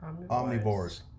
omnivores